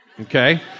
Okay